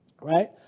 right